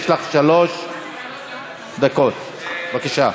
יש לך שלוש דקות, בבקשה.